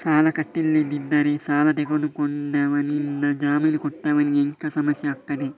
ಸಾಲ ಕಟ್ಟಿಲ್ಲದಿದ್ದರೆ ಸಾಲ ತೆಗೆದುಕೊಂಡವನಿಂದ ಜಾಮೀನು ಕೊಟ್ಟವನಿಗೆ ಎಂತ ಸಮಸ್ಯೆ ಆಗ್ತದೆ?